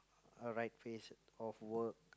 a right phase of work